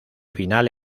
final